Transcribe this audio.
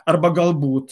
arba galbūt